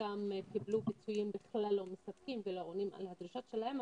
חלקם קיבלו פיצויים בכלל לא מספקים ולא עונים על הדרישות שלהם,